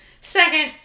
Second